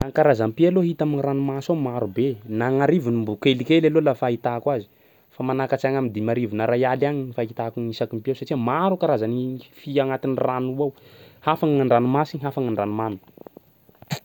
A karazam-pia aloha hita am'ranomasy ao marobe, na agn'arivony mbo kelikely aloha laha fahitako azy, fa manakatsy agny am'dimy arivo na ray aly agny ny fahitako ny isaky ny pia ao satsia maro karazan'ny fia agnatin'ny rano io ao, hafa gn'an-dranomasy, hafa gn'an-dranomamy.